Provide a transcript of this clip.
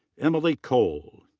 emily cole.